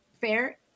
Fair